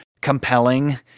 compelling